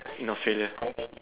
in Australia